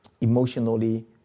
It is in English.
emotionally